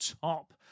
top